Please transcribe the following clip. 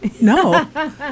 No